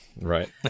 right